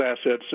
assets